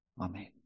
Amen